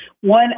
One